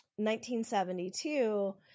1972